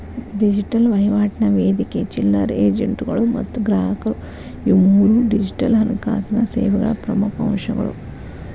digital ವಹಿವಾಟಿನ ವೇದಿಕೆ ಚಿಲ್ಲರೆ ಏಜೆಂಟ್ಗಳು ಮತ್ತ ಗ್ರಾಹಕರು ಇವು ಮೂರೂ ಡಿಜಿಟಲ್ ಹಣಕಾಸಿನ್ ಸೇವೆಗಳ ಪ್ರಮುಖ್ ಅಂಶಗಳು